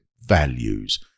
values